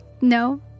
No